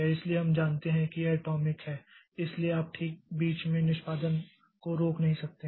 इसलिए हम मानते हैं कि यह अटॉमिक है इसलिए आप ठीक बीच में निष्पादन को रोक नहीं सकते हैं